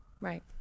Right